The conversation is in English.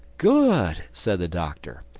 good! said the doctor.